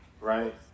right